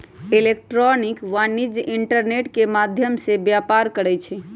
electronic वाणिज्य internet के माध्यम से व्यापार करइ छै